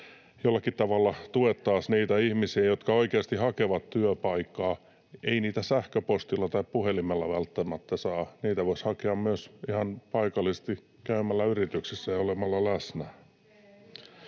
jollakin tavalla tuettaisiin niitä ihmisiä, jotka oikeasti hakevat työpaikkaa. — Ei niitä sähköpostilla tai puhelimella välttämättä saa. Niitä voisi hakea myös ihan paikallisesti käymällä yrityksissä ja olemalla läsnä.